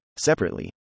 separately